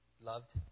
Loved